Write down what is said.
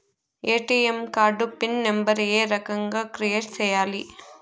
ATM card PIN number ఏ రకంగా create సేయాలి